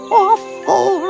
awful